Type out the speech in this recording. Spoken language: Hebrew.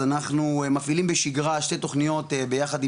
אז אנחנו מפעילים בשגרה שתי תוכניות ביחד עם